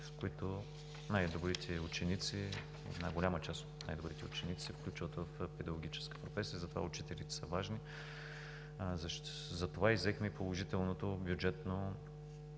в които една голяма част от най-добрите ученици се включват в педагогическата професия, затова учителите са важни. Затова и взехме положителното бюджетно